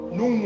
no